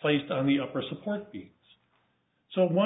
placed on the upper support so one